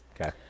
Okay